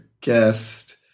guest